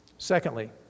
Secondly